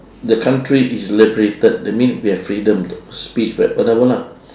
the country is liberated that mean we have freedom the speech right whatever lah